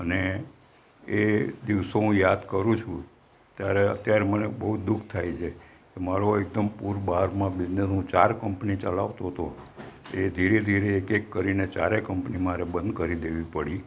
અને એ દિવસો હું યાદ કરું છું ત્યારે અત્યારે મને બહુ જ દુઃખ થાય છે મારો એકદમ પૂરબહારમાં બિઝનેસ હું ચાર કંપની ચલાવતો હતો તે ધીરે ધીરે એક એક કરીને ચારે કંપની મારે બંધ કરી દેવી પડી